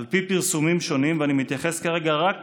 על פי פרסומים שונים, ואני מתייחס כרגע רק